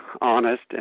honest